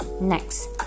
Next